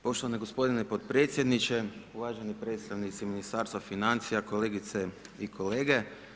Poštovani gospodine potpredsjedniče, uvaženi predstavnici ministarstva financija, kolegice i kolege.